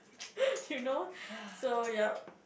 you know so yup